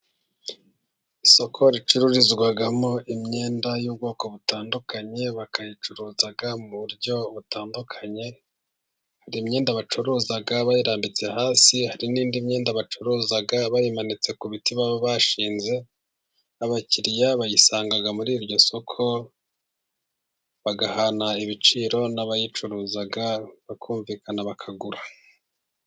Isoko ricururizwamo imyenda y'ubwoko butandukanye bakayicuruza mu buryo butandukanye: hari imyenda bacuruza bayirambitse hasi, hari n'indi myenda bacuruza bayimanitse ku biti baba bashinze, abakiriya bayisanga muri iryo soko bagahana ibiciro n'abayicuruza, bakumvikana bakagura.